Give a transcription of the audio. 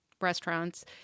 restaurants